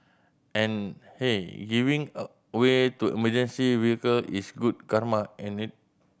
and hey giving a way to emergency vehicle is good karma ain't it